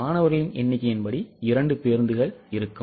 மாணவர்களின் எண்ணிக்கையின்படி 2 பேருந்துகள் இருக்கும்